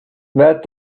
that